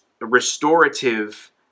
restorative